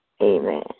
Amen